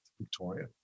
Victoria